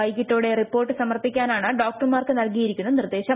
വൈകിട്ടോടെ റിപ്പോർട്ട് സമർപ്പിക്കാനാണ് ഡോക്ടർമാർക്ക് നൽകിയിരിക്കുന്ന നിർദ്ദേശം